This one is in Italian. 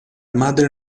madre